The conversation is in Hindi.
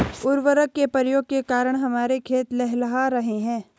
उर्वरक के प्रयोग के कारण हमारे खेत लहलहा रहे हैं